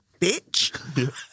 bitch